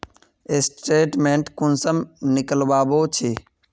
Statement कुंसम निकलाबो छी?